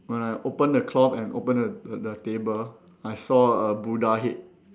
when I open the cloth and open the the table I saw a Buddha head